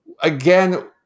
Again